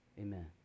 Amen